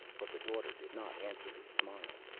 but the daughter did not answer his smile.